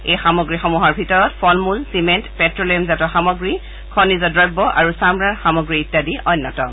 এই সামগ্ৰীসমূহৰ ভিতৰত ফলমূল চিমেণ্ট প্ট্ৰ লিয়ামজাত সামগ্ৰী খনিজ দ্ৰব্য আৰু চামৰাৰ সামগ্ৰী ইত্যাদি অন্যতম